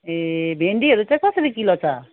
ए भेन्डीहरू चाहिँ कसरी किलो छ